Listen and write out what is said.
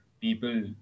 people